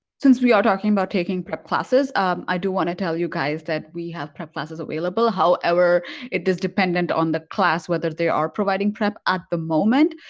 since we are talking about taking prep classes i do want to tell you guys that we have prep classes available however it is dependent on the class whether they are providing prep at the moment,